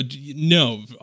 No